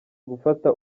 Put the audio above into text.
gufata